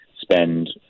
spend